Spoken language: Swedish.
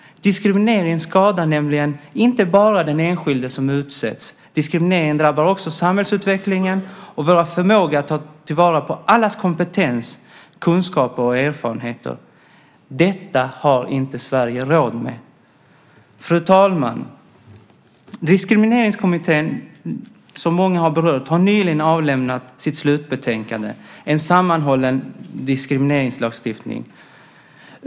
Diskrimineringen skadar nämligen inte bara den enskilde som utsätts; diskrimineringen drabbar också samhällsutvecklingen och vår förmåga att ta till vara allas kompetens, kunskaper och erfarenheter. Detta har inte Sverige råd med. Fru talman! Diskrimineringskommittén, som många har berört, har nyligen avlämnat sitt slutbetänkande En sammanhållen diskrimineringslagstiftning .